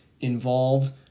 involved